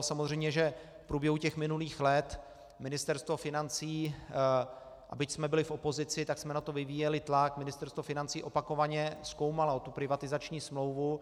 Samozřejmě že v průběhu minulých let Ministerstvo financí, a byť jsme byli v opozici, tak jsme na to vyvíjeli tlak, Ministerstvo financí opakovaně zkoumalo tu privatizační smlouvu.